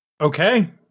okay